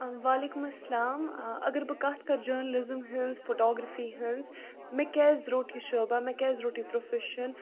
وعلیکُم اسلام اگر بہٕ کتھ کرٕ جٔرنلِٕزِم ہِنٛز فوٹوگرٛافی ہٕنٛز مےٚ کیازِ روٚٹ یہِ شوبہ مےٚ کیازِ روٚٹ یہِ پرٛوفٮ۪شن